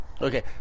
Okay